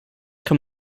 kann